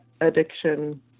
addiction